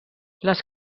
les